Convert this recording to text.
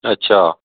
ਅੱਛਾ